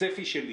הצפי שלי